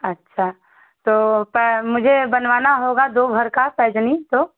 अच्छा तो पै मुझे बनवाना होगा दो भर का पैंजनी तो